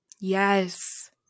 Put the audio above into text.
Yes